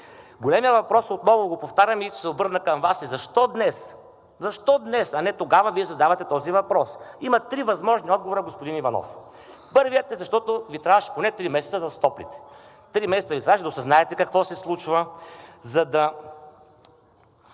Големият въпрос, отново го повтарям, и ще се обърна към Вас, защо днес, защо днес, а не тогава, Вие задавате този въпрос? Има три възможни отговора, господин Иванов. Първият е, защото Ви трябваха поне три месеца да стоплите. Три месеца Ви трябваха да осъзнаете какво се случва, за да